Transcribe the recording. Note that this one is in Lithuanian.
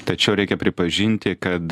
tačiau reikia pripažinti kad